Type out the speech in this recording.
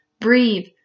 breathe